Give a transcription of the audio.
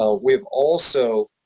ah we have also